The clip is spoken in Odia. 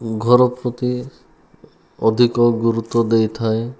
ଘର ପ୍ରତି ଅଧିକ ଗୁରୁତ୍ୱ ଦେଇଥାଏ